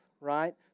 right